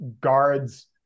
guards